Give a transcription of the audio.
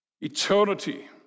Eternity